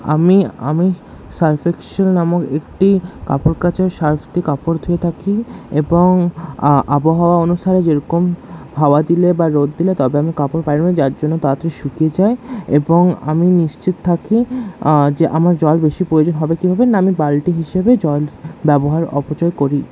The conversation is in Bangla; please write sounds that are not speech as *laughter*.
আমি আমি সার্ফ এক্সেল নামক একটি কাপড় কাচার সার্ফ দিয়ে কাপড় ধুয়ে থাকি এবং আবহাওয়া অনুসারে যেরকম হাওয়া দিলে বা রোদ দিলে তবে আমি কাপড় বাইরে *unintelligible* যার জন্য তাড়াতাড়ি শুকিয়ে যায় এবং আমি নিশ্চিত থাকি যে আমার জল বেশি প্রয়োজন হবে কি হবে না আমি বালতি হিসেবেই জল ব্যবহার অপচয় করি